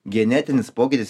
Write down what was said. genetinis pokytis